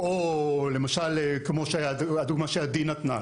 למשל הדוגמה שעדי נתנה,